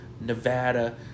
Nevada